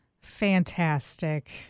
Fantastic